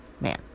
man